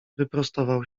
wyprostował